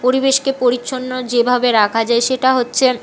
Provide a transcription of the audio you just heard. পরিবেশকে পরিচ্ছন্ন যেভাবে রাখা যায় সেটা হচ্ছে